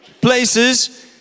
places